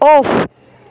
off